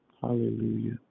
Hallelujah